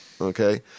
Okay